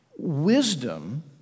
Wisdom